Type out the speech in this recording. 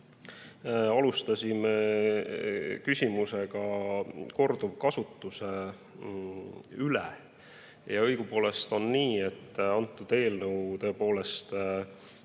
Alustasime küsimusega korduvkasutuse kohta. Õigupoolest on nii, et see eelnõu tõepoolest